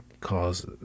cause